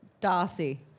Darcy